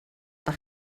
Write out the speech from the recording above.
nach